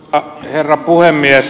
arvoisa herra puhemies